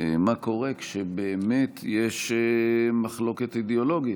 מה קורה כשבאמת יש מחלוקת אידיאולוגית.